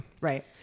Right